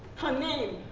her name